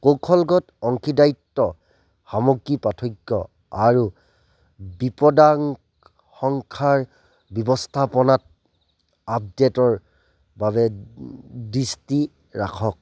কৌশলগত অংশীদাৰীত্ব সামগ্ৰীৰ পাৰ্থক্য আৰু বিপদাশংকা ব্যৱস্থাপনাত আপডে'টৰ বাবে দৃষ্টি ৰাখক